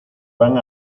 van